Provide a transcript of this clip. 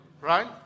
Right